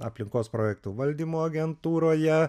aplinkos projektų valdymo agentūroje